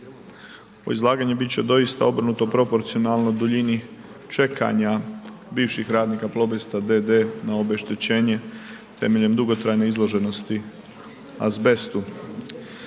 Ovo izlaganje bit će doista obrnuto proporcionalno duljini čekanja bivših radnika „Plobest d.d.“ na obeštećenje temeljem dugotrajne izloženosti azbestu.